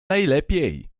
najlepiej